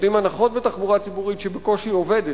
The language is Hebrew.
נותנים לסטודנטים הנחות בתחבורה ציבורית שבקושי עובדת.